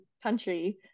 country